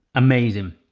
amazin!